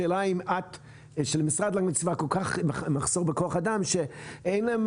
השאלה אם למשרד להגנת הסביבה יש כזה מחסור בכוח אדם שאין להם